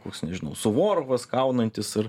koks nežinau suvorovas kaunantis ir